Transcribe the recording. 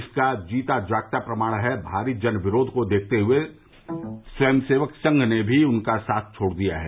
इसका जीता जागता प्रमाण है कि भारी जन विरोध को देखते हुये स्वयंसेवक संघ ने भी उनका साथ छोड़ दिया है